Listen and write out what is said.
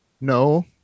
No